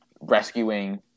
rescuing